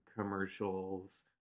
commercials